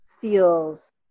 feels